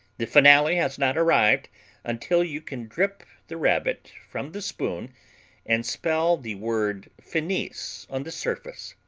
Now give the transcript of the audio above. the finale has not arrived until you can drip the rabbit from the spoon and spell the word finis on the surface.